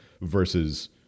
versus